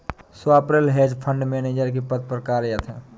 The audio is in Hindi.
स्वप्निल हेज फंड मैनेजर के पद पर कार्यरत है